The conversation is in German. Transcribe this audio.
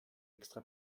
extra